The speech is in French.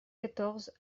quatorze